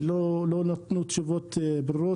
בתחילת הקדנציה, ולא נתנו תשובות ברורות.